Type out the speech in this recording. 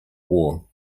war